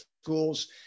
schools